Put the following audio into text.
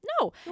No